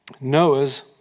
Noah's